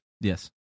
Yes